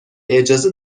اجازه